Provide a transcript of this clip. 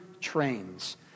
trains